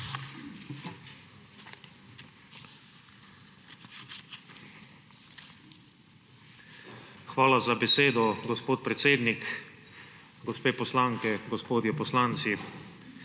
Hvala za besedo, gospod predsednik. Gospe poslanke, gospodje poslanci!